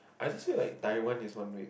I just feel like Taiwan is one week